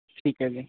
ਠੀਕ ਹੈ ਜੀ